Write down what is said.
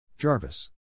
Jarvis